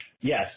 Yes